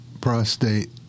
prostate